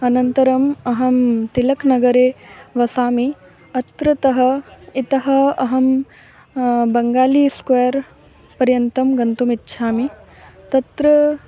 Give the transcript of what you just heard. अनन्तरम् अहं तिलक्नगरे वसामि अत्रतः इतः अहं बङ्गाली स्क्वेर् पर्यन्तं गन्तुमिच्छामि तत्र